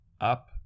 up